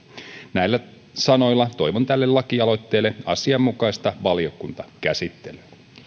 näillä sanoilla toivon tälle lakialoitteelle asianmukaista valiokuntakäsittelyä